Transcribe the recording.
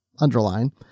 underline